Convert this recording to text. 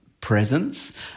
presence